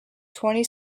twenty